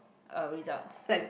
uh results